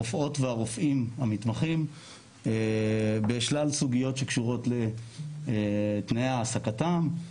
הרופאות והרופאים המתמחים בשלל סוגיות שקשורות לתנאי העסקתם.